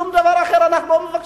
שום דבר אחר אנחנו לא מבקשים.